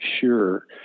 sure